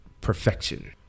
perfection